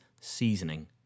seasoning